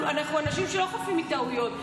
אנחנו אנשים שלא חפים מטעויות,